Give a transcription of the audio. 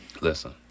Listen